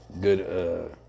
good